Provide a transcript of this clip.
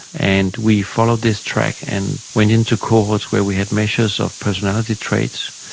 and we followed this track and went into cohorts where we had measures of personality traits.